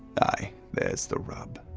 there's the rub.